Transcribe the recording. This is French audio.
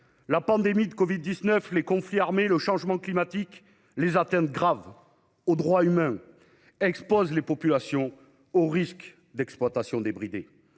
La pandémie de covid-19, les conflits armés, le changement climatique, les atteintes graves aux droits humains exposent les populations au risque d'exploitation débridée.